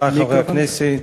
חברי הכנסת,